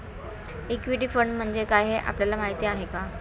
Equity fund म्हणजे काय, हे आपल्याला माहीत आहे का?